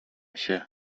się